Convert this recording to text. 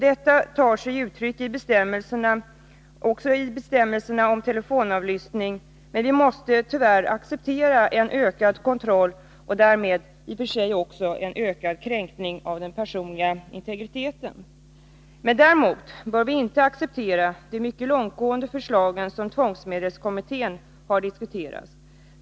Det tar sig också uttryck i bestämmelserna om telefonavlyssning. Men vi måste tyvärr acceptera en ökad kontroll och därmed i och för sig också en ökad kränkning av den personliga integriteten. Däremot bör vi inte acceptera de mycket långtgående förslag som tvångsmedelskommittén har diskuterat.